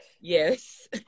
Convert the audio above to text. yes